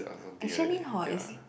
actually hor is